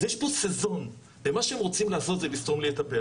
אז יש פה סזון ומה שהם רוצים לעשות זה לסתום לי את הפה.